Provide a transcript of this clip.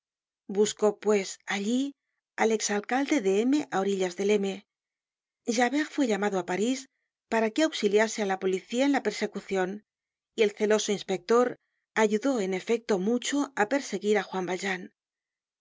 buscó pues allí al ex alcalde de m á orillas del m javert fue llamado á parís para que auxiliase á la policía en la persecucion y el celoso inspector ayudó en efecto mucho perseguir á juan valjean el